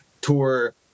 tour